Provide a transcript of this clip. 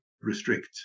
restrict